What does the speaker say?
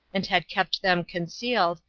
and had kept them concealed,